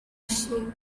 shoe